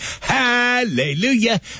Hallelujah